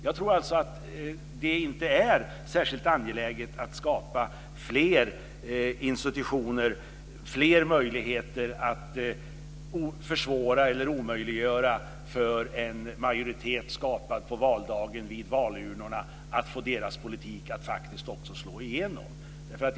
Jag tror alltså inte att det är särskilt angeläget att skapa fler institutioner, fler möjligheter att försvåra eller omöjliggöra för en majoritet skapad vid valurnorna på valdagen att få deras politik att faktiskt slå igenom.